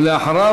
ואחריו,